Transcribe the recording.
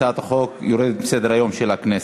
הצעת החוק יורדת מסדר-היום של הכנסת.